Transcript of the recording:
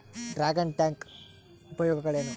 Dragon tank ಉಪಯೋಗಗಳೇನು?